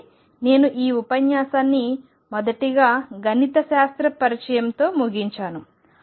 కాబట్టి నేను ఈ ఉపన్యాసాన్నిమొదటిగా గణిత శాస్త్ర పరిచయంతో ముగించాను